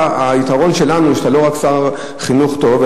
היתרון שלנו זה שאתה לא רק שר חינוך טוב,